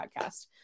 Podcast